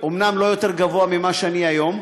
אומנם לא הרבה יותר גבוה ממה שאני היום,